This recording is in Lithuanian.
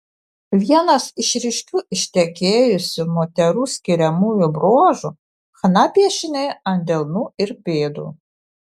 vienas iš ryškių ištekėjusių moterų skiriamųjų bruožų chna piešiniai ant delnų ir pėdų